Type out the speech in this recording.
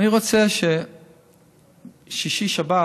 בשישי-שבת